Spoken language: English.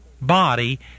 body